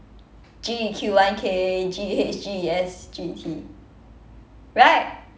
G_E_Q one K G_E_H G_E_S G_E_T right